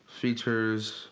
features